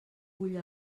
bull